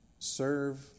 Serve